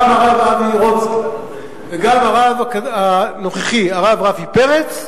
גם הרב אבי רונצקי וגם הרב הנוכחי הרב רפי פרץ,